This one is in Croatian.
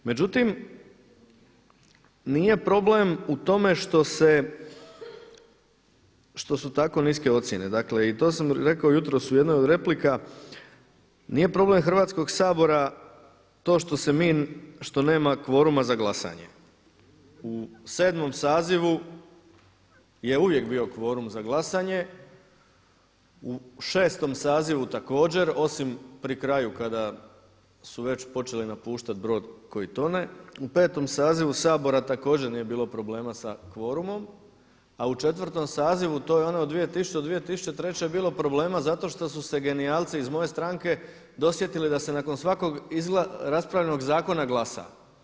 Međutim, nije problem u tome što su tako niske ocjene, dakle i to sam rekao jutros u jednoj od replika nije problem Hrvatskog sabora to što se mi, što nema kvoruma za glasanje u 7. sazivu je uvijek bio kvorum za glasanje, u 6. sazivu također osim pri kraju kada su već počeli napuštati brod koji tone, u 5. sazivu Sabora također nije bilo problema sa kvorumom, a u 4. sazivu to je onaj od 2000. do 2003. je bilo problema zato što su se genijalci iz moje stranke dosjetili da se nakon svakog raspravljenog zakona glasa.